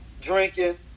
drinking